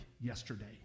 yesterday